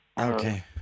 Okay